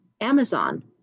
Amazon